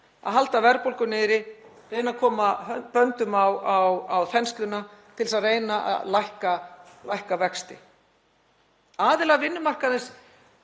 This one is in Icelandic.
að halda verðbólgu niðri, reyna að koma böndum á þensluna til að reyna að lækka vexti. Aðilar vinnumarkaðarins